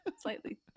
slightly